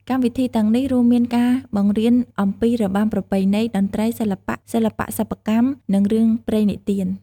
កម្មវិធីទាំងនេះរួមមានការបង្រៀនអំពីរបាំប្រពៃណី តន្ត្រី សិល្បៈ សិល្បៈសិប្បកម្ម និងរឿងព្រេងនិទាន។